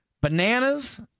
bananas